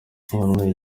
byantwaye